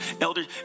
elders